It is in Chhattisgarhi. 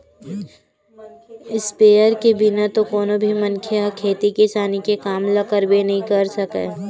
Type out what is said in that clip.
इस्पेयर के बिना तो कोनो भी मनखे ह खेती किसानी के काम ल करबे नइ कर सकय